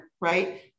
right